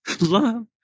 love